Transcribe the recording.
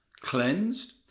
cleansed